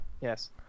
Yes